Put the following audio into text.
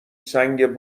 سنگ